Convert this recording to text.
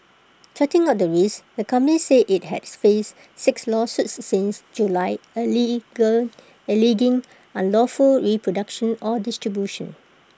charting out the risks the company said IT had faced six lawsuits since July allege alleging unlawful reproduction or distribution